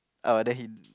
oh then he